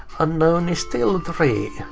unknown is still and three.